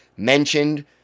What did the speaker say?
Mentioned